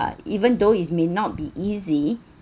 even though it may not be easy